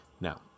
Now